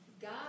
God